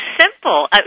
simple